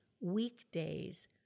weekdays